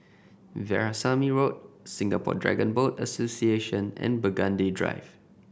Veerasamy Road Singapore Dragon Boat Association and Burgundy Drive